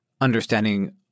understanding